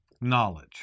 knowledge